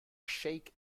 shake